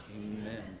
Amen